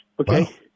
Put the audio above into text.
Okay